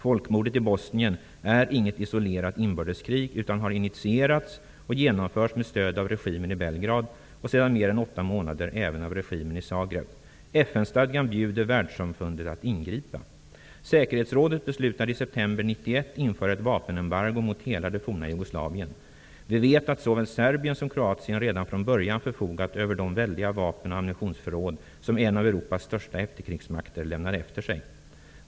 Folkmordet i Bosnien är inget isolerat inbördeskrig, utan har initierats och genomförs med stöd av regimen i Belgrad och sedan mer än åtta månader även av regimen i Zagreb. FN-stadgan bjuder världssamfundet att ingripa. Säkerhetsrådet beslutade i september 1991 införa ett vapenembargo mot hela det forna Jugoslavien. Vi vet att såväl Serbien som Kroatien redan från början förfogat över de väldiga vapen och ammunitionsförråd, som en av Europas största efterkrigsmakter lämnade efter sig.